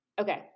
Okay